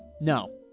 no